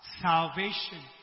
Salvation